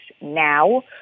now